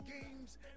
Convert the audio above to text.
games